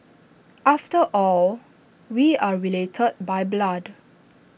after all we are related by blood